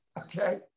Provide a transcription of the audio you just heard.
Okay